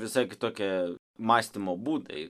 visai kitokie mąstymo būdai